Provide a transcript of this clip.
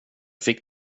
fick